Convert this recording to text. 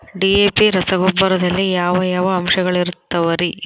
DAP ರಸಗೊಬ್ಬರದಲ್ಲಿ ಯಾವ ಯಾವ ಅಂಶಗಳಿರುತ್ತವರಿ?